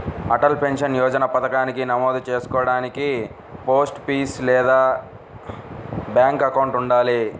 Atal pension Yojana పథకానికి నమోదు చేసుకోడానికి పోస్టాఫీస్ లేదా బ్యాంక్ అకౌంట్ ఉండాలి